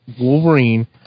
Wolverine